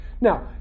Now